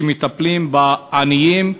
שמטפלים בעניים,